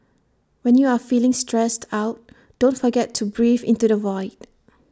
when you are feeling stressed out don't forget to breathe into the void